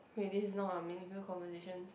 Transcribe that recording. wait this is not a meaningful conversation